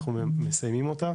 אנחנו מסיימים אותה,